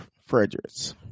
Fredericks